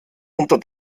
unter